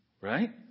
Right